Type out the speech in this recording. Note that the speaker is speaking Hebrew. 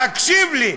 להקשיב לי,